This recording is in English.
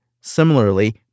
Similarly